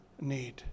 need